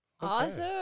Awesome